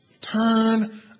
Turn